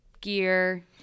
gear